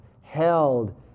held